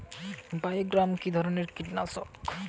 বায়োগ্রামা কিধরনের কীটনাশক?